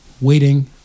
waiting